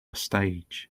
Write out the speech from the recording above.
stage